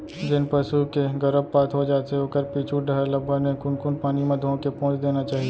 जेन पसू के गरभपात हो जाथे ओखर पीछू डहर ल बने कुनकुन पानी म धोके पोंछ देना चाही